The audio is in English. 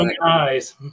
eyes